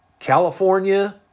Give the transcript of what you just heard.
California